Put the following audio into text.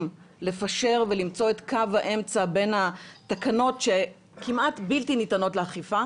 לפשר ולמצוא את קו האמצע בין התקנות שכמעט בלתי ניתנות לאכיפה